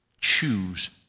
choose